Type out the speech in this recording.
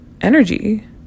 energy